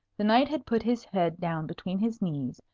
the knight had put his head down between his knees,